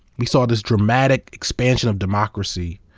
we saw this dramatic expansion of democracy,